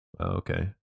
okay